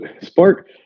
spark